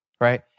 Right